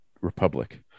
Republic